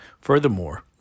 Furthermore